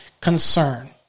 concern